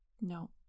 No